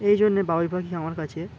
এই জন্যে বাবুই পাখি আমার কাছে